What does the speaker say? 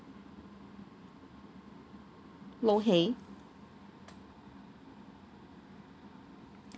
lo hei